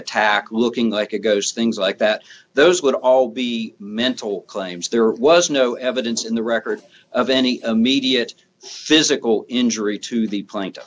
attack looking like a ghost things like that those would all be mental claims there was no evidence in the record of any immediate physical injury to the plaint